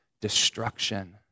destruction